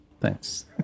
Thanks